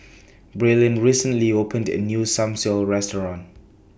Braylen recently opened A New Restaurant